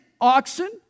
oxen